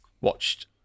watched